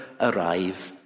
arrive